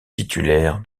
titulaire